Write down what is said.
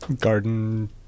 Garden